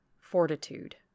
fortitude